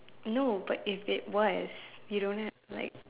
no but is if it was you don't have like